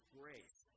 grace